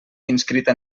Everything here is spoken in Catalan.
inscrita